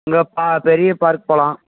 அங்கே பா பெரிய பார்க் போகலாம்